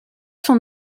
son